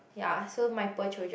ya so my poor children